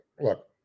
look